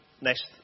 next